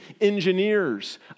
engineers